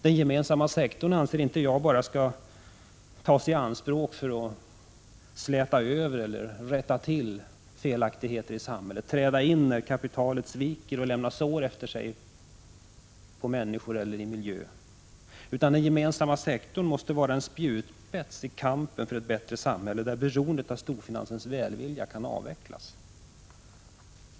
Den gemensamma sektorn skall, anser jag, inte bara tas i anspråk för att släta över eller rätta till felaktigheter i samhället, träda in när kapitalet sviker och lämnar sår efter sig på människor eller i miljön, utan den gemensamma sektorn bör vara en spjutspets i kampen för ett bättre samhälle där beroendet av storfinansens välvilja kan avvecklas.